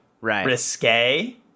risque